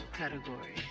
category